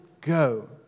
go